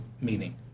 meaning